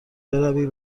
بروی